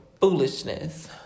foolishness